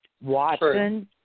Watson